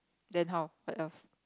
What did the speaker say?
then how what else